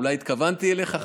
אולי התכוונתי אליך,